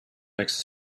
makes